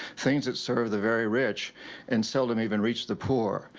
things that serve the very rich and seldom even reach the poor.